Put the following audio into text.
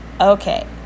okay